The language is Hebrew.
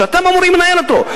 שאתם אמורים לנהל אותו.